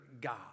God